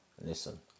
listen